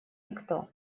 никто